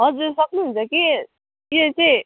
हजुर सक्नुहुन्छ कि त्यो चाहिँ